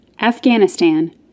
Afghanistan